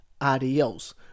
Adios